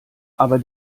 aber